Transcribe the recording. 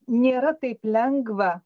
nėra taip lengva